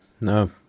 No